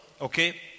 okay